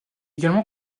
également